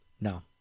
No